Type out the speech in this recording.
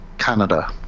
Canada